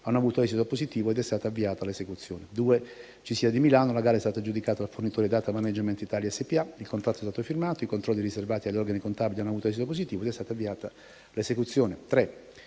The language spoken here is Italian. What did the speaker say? hanno avuto esito positivo ed è stata avviata l'esecuzione. CISIA di Milano: la gara è stata aggiudicata al fornitore di Datamanagement Italia SpA, il contratto è stato firmato, i controlli riservati agli organi contabili hanno avuto esito positivo ed è stata avviata l'esecuzione.